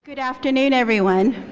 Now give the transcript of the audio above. good afternoon, everyone.